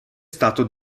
stato